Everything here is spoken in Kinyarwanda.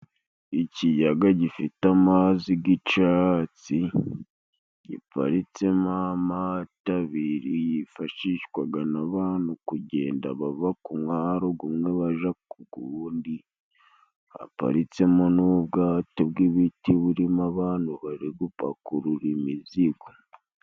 Ikiyaga gifite amazi g'icatsi, giparitsemo amato abiri yifashishwaga n'abantu kugenda bava ku mwaro gumwe baja ku gundi. Haparitsemo n'ubwato bw'ibiti burimo abantu gupakurura imizigo.